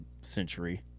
century